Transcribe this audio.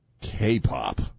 K-pop